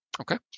Okay